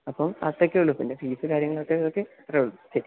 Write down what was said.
അപ്പോൾ അത്രക്കെയുള്ളു പിന്നെ ഫീസ്സ് കാര്യങ്ങളൊക്കെ ഓക്കെ അത്രയുള്ളു ശരി